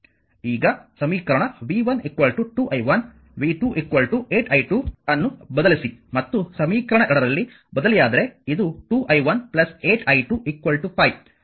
ಈಗ ಸಮೀಕರಣ v 1 2 i1 v 2 8 i2 ಅನ್ನು ಬದಲಿಸಿ ಮತ್ತು ಸಮೀಕರಣ 2 ರಲ್ಲಿ ಬದಲಿಯಾದರೆ ಇದು 2 i1 8 i2 5 ಸಮೀಕರಣ 5 ಆಗಿದೆ